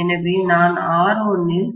எனவே நான் R1 இல்